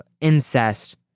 incest